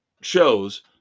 shows